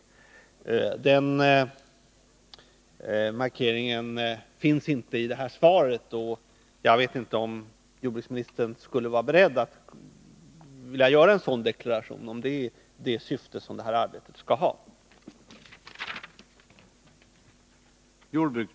Någon sådan markering gjordes inte i svaret, och jag vill därför fråga om jordbruksministern är beredd att göra en deklaration om huruvida arbetet skall ha detta syfte.